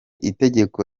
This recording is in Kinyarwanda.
itegeko